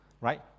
right